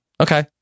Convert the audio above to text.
Okay